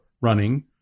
running